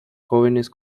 jóvenes